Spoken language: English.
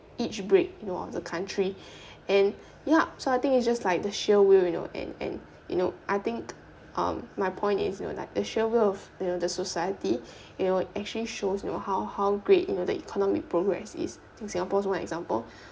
each brick you know of the country and ya so I think it just like the sheer will you know and and you know I think um my point is you know like the sheer will of you know the society you know actually shows you know how how great you know the economic progress is think singapore is one example